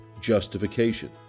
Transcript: justification